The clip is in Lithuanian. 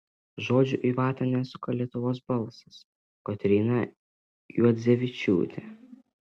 žodžių į vatą nesuka lietuvos balsas kotryna juodzevičiūtė